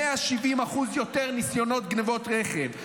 170% יותר ניסיונות גנבות רכב,